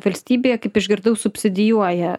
valstybėje kaip išgirdau subsidijuoja